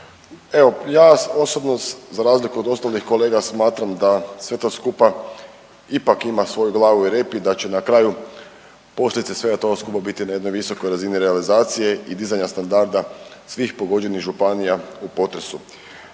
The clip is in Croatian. Evo, ja osobno za razliku od ostalih kolega smatram da sve to skupa ipak ima svoju glavu i rep i da će na kraju posljedice svega toga skupa biti na jednoj visokoj razini realizacije i dizanja standarda svih pogođenih županija u potresu.